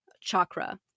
chakra